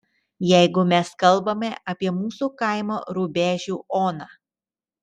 jeigu mes kalbame apie mūsų kaimo rubežių oną